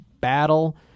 battle